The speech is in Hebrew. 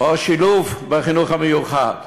או שילוב בחינוך המיוחד,